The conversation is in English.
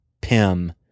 Pym